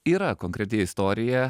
yra konkreti istorija